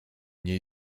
niej